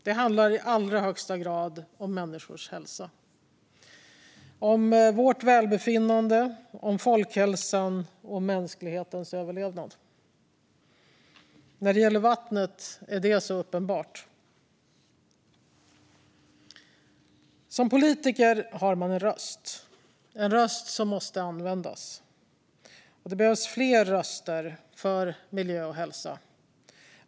Det handlar i allra högsta grad om människors hälsa, om vårt välbefinnande, om folkhälsan och mänsklighetens överlevnad. När det gäller vattnet är det så uppenbart. Som politiker har man en röst. Det är en röst som måste användas. Det behövs fler röster för miljö och hälsa.